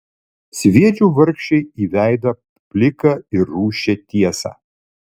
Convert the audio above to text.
sviedžiau vargšei į veidą pliką ir rūsčią tiesą